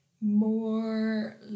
more